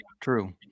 true